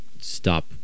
stop